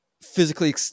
physically